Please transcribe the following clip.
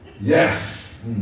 Yes